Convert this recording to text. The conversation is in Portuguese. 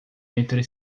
entre